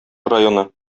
районы